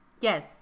Yes